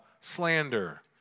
Slander